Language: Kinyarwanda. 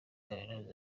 kaminuza